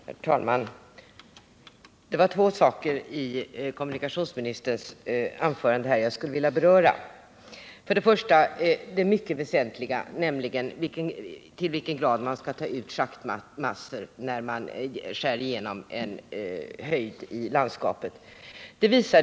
Herr talman! Det är två saker i kommunikationsministerns anförande här som jag skulle vilja beröra. Den första, nämligen till vilken grad man skall ta ut schaktmassor när man skär igenom en höjd i landskapet, är mycket väsentlig.